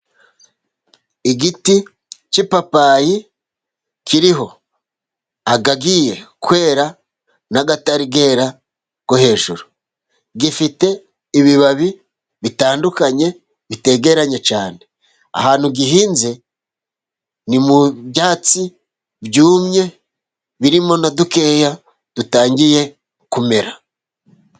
Igiti cy'amapapayi kiriho agiye kwera n'atarera yo hejuru. Gifite ibibabi bitandukanye bitegeranye cyane. Ahantu gihinze ni mu byatsi byumye birimo na dukeya dutangiye kumera.